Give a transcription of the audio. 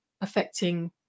affecting